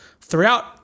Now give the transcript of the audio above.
Throughout